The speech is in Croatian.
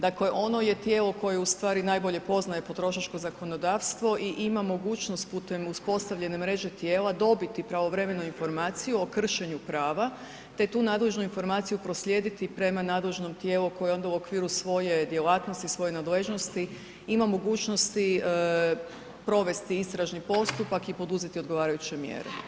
Dakle ono je tijelo koje najbolje poznaje potrošačko zakonodavstvo i ima mogućnost putem uspostavljene mreže tijela dobiti pravovremenu informaciju o kršenju prava te tu nadležnu informaciju proslijediti prema nadležnom tijelu koje onda u okviru svoje djelatnosti, svoje nadležnosti ima mogućnosti provesti istražni postupak i poduzeti odgovarajuće mjere.